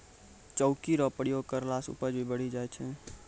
चौकी रो प्रयोग करला से उपज भी बढ़ी जाय छै